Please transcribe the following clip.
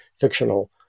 fictional